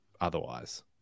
otherwise